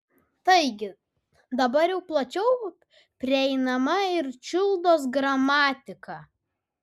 taigi dabar jau plačiau prieinama ir čiuldos gramatika